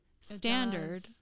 standard